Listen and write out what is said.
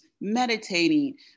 meditating